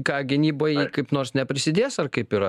ką gynybai kaip nors neprisidės ar kaip yra